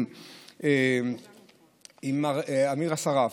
עם מר אמיר אסרף,